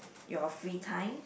your free time